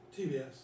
TBS